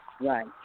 Right